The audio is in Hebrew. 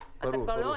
ברור, ברור.